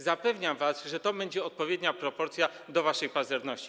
Zapewniam was, że to będzie odpowiednia proporcja do waszej pazerności.